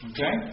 Okay